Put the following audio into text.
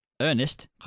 Ernest